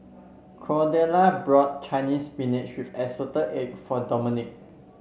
Cordella brought Chinese Spinach with assorted egg for Domonique